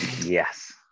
Yes